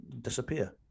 disappear